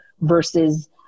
versus